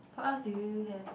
what else do you have